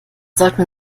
sollten